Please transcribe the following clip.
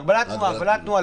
הגבלת תנועה.